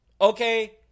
okay